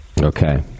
Okay